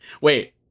wait